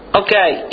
okay